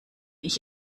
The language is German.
ich